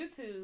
YouTube